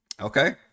Okay